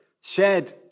shared